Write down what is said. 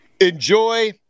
Enjoy